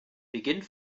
beginnt